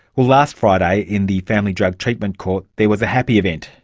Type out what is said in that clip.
well, last friday in the family drug treatment court there was a happy event,